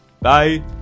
Bye